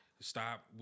stop